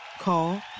Call